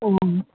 ꯑꯣ